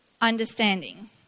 understanding